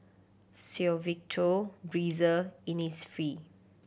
Suavecito Breezer Innisfree